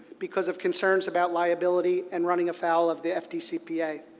because of concerns about liability and running afoul of the fdcpa.